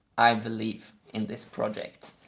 i believe in this project,